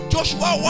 Joshua